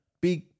big